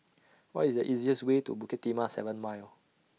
What IS The easiest Way to Bukit Timah seven Mile